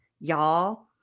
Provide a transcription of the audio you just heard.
y'all